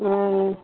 ம் ம்